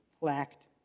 lacked